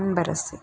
Anbarasu